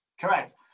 Correct